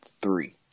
three